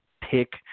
pick